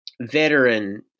veteran